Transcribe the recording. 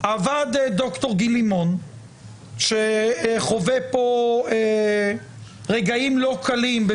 עבד דוקטור גיל לימון שחווה פה רגעים לא קלים.